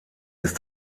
ist